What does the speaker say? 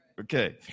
Okay